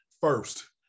first